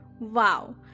Wow